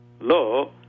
Lo